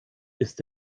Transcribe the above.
ist